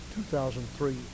2003